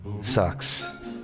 Sucks